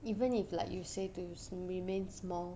even if like you say to sm~ remain small